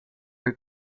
her